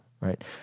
right